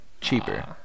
cheaper